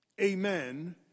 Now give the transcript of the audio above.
amen